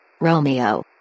Romeo